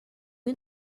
you